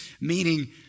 meaning